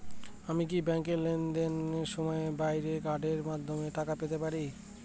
আমি কি ব্যাংকের লেনদেনের সময়ের বাইরেও কার্ডের মাধ্যমে টাকা পেতে পারি?